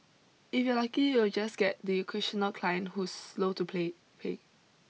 if you're lucky you'll just get the occasional client who's slow to play pay